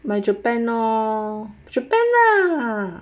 like japan or japan lah